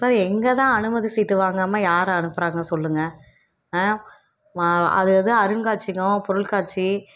sir எங்கே தான் அனுமதி சீட்டு வாங்காமல் யார் அனுப்புகிறாங்க சொல்லுங்கள் அது அது அருங்காட்சியகம் பொருட்காட்சி